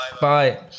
bye